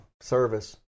service